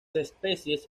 especies